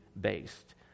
based